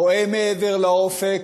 רואה מעבר לאופק